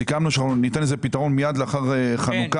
סיכמנו שאנחנו ניתן לזה פתרון מיד לאחר חנוכה.